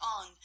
on